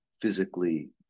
physically